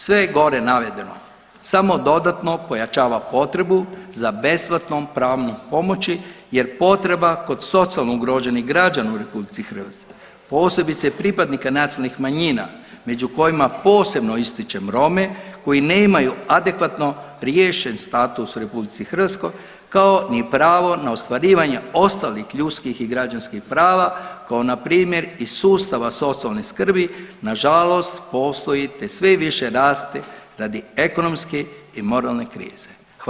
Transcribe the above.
Sve gore navedeno samo dodatno pojačava potrebu za besplatnom pravnom pomoći jer potreba kod socijalno ugroženih građana u RH posebice pripadnika nacionalnih manjina među kojima posebno ističem Rome koji nemaju adekvatno riješen status u RH kao ni pravo na ostvarivanje ostalih ljudskih i građanskih prava kao npr. iz sustava socijalne skrbi, nažalost postoji te sve više raste radi ekonomske i moralne krize.